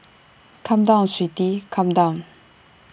come down sweetie come down